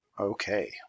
Okay